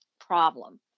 problem